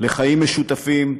לחיים משותפים,